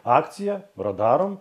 akcija radarom